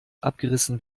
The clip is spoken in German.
abgerissen